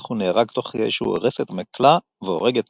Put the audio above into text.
הוא נהרג תוך כדי שהוא הורס את המקלע והורג את מפעיליו.